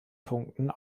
punkten